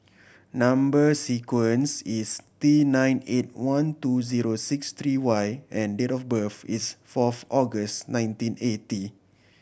number sequence is T nine eight one two zero six three Y and date of birth is fourth August nineteen eighty